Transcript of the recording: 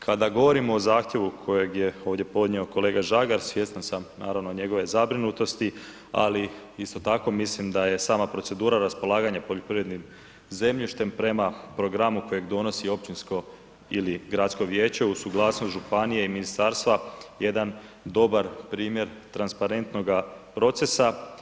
Kada govorimo o zahtjevu kojeg je ovdje podnio kolega Žagar, svjestan sam naravno, njegove zabrinutosti, ali isto tako, mislim da je sama procedura raspolaganja poljoprivrednim zemljištem prema programu kojeg donosi općinsko ili gradsko vijeće uz suglasnost županije i ministarstva jedan dobar primjer transparentnoga procesa.